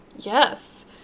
Yes